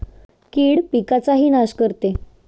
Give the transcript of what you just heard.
कीड पिकाचाही नाश करते